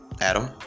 Adam